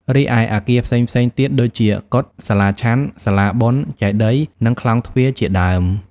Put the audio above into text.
រីឯ អគារផ្សេងៗទៀតដូចជា កុដិ សាលាឆាន់ សាលាបុណ្យ ចេតិយ និងខ្លោងទ្វារជាដើម។